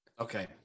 Okay